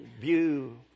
view